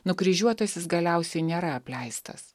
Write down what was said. nukryžiuotasis galiausiai nėra apleistas